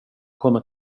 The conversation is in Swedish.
kommer